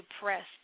depressed